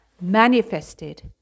manifested